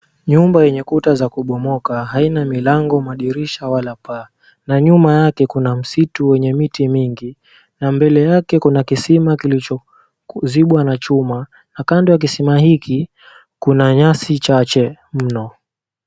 Nyumba yenye kuta za kubomoka haina milango, madirisha wala paa na nyuma yake kuna msitu wenye miti mingi na mbele yake kuna kisima kilichozibwa na chuma na kando ya kisima hiki kuna nyasi chache mno.